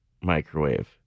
microwave